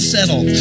settle